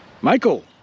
Michael